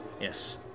Yes